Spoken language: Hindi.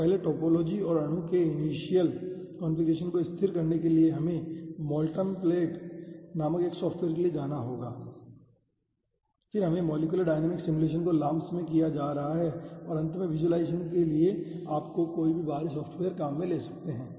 तो पहले टोपोलॉजी और अणु के इनिशियल कॉन्फ़िगरेशन को स्थिर करने के लिए हमें Moltemplate नामक एक सॉफ्टवेयर के लिए जाना होगा फिर पूरे मॉलिक्यूलर डायनामिक्स सिमुलेशन को LAMMPS में किया जा रहा है और अंत में विज़ुअलाइज़ेशन के लिए आप कोई भी बाहरी सॉफ़्टवेयर ले सकते हैं